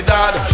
Dad